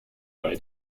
bei